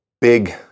big